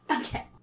Okay